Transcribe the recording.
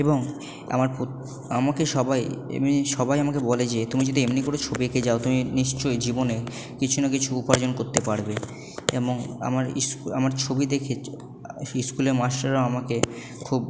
এবং আমার আমাকে সবাই এমনি সবাই আমাকে বলে যে তুমি যদি এমনি করে ছবি এঁকে যাও তুমি নিশ্চই জীবনে কিছু না কিছু উপার্জন করতে পারবে আমার আমার ছবি দেখে স্কুলের মাস্টাররাও আমাকে খুব